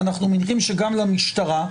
ואנחנו מניחים שגם למשטרה,